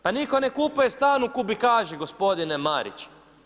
Pa nitko ne kupuje stan u kubikaži, gospodine Marić.